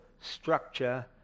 structure